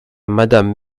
madame